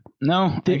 No